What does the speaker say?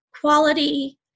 quality